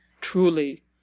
truly